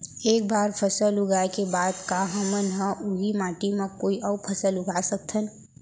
एक बार फसल उगाए के बाद का हमन ह, उही माटी मा कोई अऊ फसल उगा सकथन?